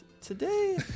today